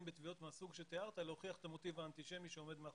בתביעות מהסוג שתיארת להוכיח את המוטיב האנטישמי שעומד מאחוריה.